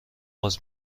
آغاز